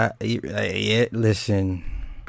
listen